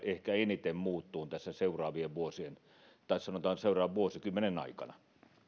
ehkä eniten muuttumaan tässä seuraavien vuosien tai sanotaan seuraavan vuosikymmenen aikana